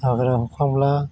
हाग्रा हखांब्ला